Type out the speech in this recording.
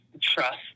trust